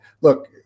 Look